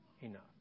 enough